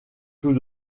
tout